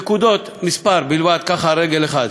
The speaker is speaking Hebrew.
נקודות מספר, ככה על רגל אחת: